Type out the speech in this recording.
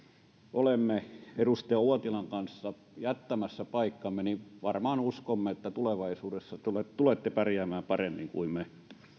olemme edustaja uotilan kanssa jättämässä paikkamme niin varmaan uskomme että tulevaisuudessa tulette tulette pärjäämään paremmin kuin me